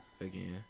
Again